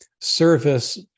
service